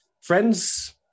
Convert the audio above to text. Friends